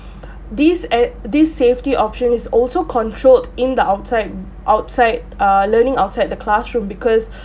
these e~ these safety option is also controlled in the outside outside err learning outside the classroom because